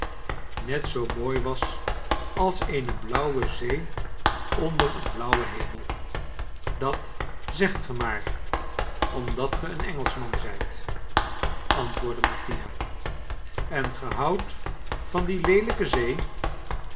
net zoo mooi was als eene blauwe zee onder een blauwen hemel dat zegt ge maar omdat ge een engelschman zijt antwoordde mattia en ge houdt van die leelijke zee